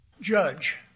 Judge